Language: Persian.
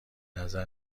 نظر